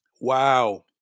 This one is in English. Wow